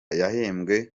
yahembwe